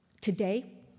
Today